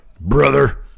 brother